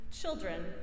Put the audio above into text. Children